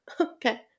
okay